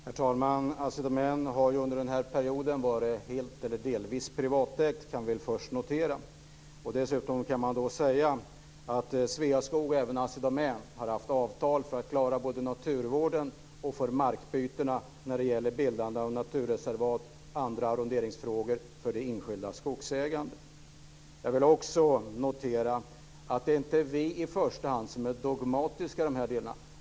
Herr talman! Vi kan först notera att Assi Domän under den här perioden har varit helt eller delvis privatägt. Dessutom har Sveaskog och även Assi Domän haft avtal för att klara både naturvården och markbytena vid bildande av naturreservat och andra arronderingsfrågor för det enskilda skogsägandet. Det är inte i första hand vi som är dogmatiska i dessa delar.